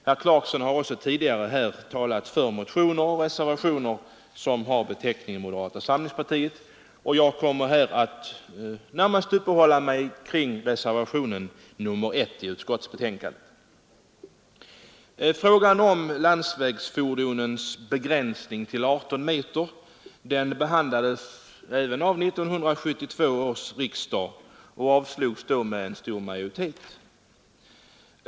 Herr Clarkson har tidigare talat för motioner och reservationer från moderata samlingspartiet, och jag kommer nu närmast att uppehålla mig vid reservationen 1 till trafikutskottets betänkande. Frågan om en begränsning av längden på landsvägsfordonen till 18 meter behandlades även av 1972 års riksdag, men förslaget om sådan begränsning avslogs då med stor majoritet.